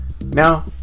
Now